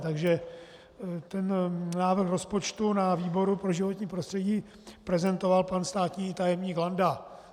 Takže návrh rozpočtu na výboru pro životní prostředí prezentoval pan státní tajemník Landa.